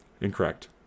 Incorrect